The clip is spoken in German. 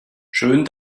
schön